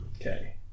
Okay